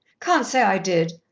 can't say i did.